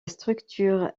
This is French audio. structure